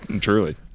Truly